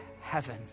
heaven